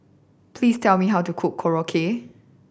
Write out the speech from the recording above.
please tell me how to cook Korokke